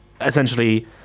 essentially